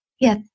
yes